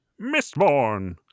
Mistborn